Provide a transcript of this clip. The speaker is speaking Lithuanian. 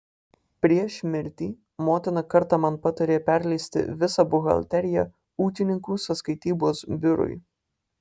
prieš mirtį motina kartą man patarė perleisti visą buhalteriją ūkininkų sąskaitybos biurui